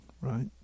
right